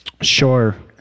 Sure